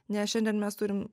nes šiandien mes turim